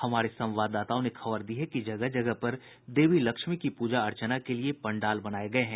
हमारे संवाददाताओं ने खबर दी है कि जगह जगह पर देवी लक्ष्मी की प्रजा अर्चना के लिये पंडाल बनाये गये हैं